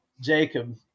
Jacob